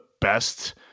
best –